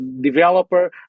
developer